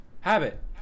Habit